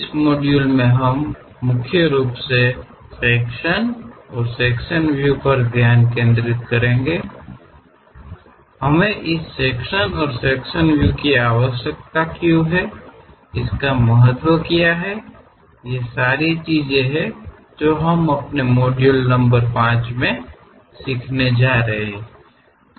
इस मॉड्यूल में हम मुख्य रूप से सेक्शन और सेक्शन व्यू पर ध्यान केंद्रित करेंगे कब हमें इस सेक्शन और सेक्शन व्यू की आवश्यकता होती है इसका महत्व क्या है ये सारी चीजें हैं जो हम अपने मॉड्यूल नंबर 5 में सीखने जा रहे हैं